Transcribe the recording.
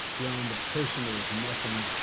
beyond the person there is nothing.